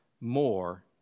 more